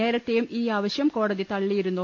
നേരത്തെയും ഈയാ വശ്യം കോടതി തള്ളിയിരുന്നു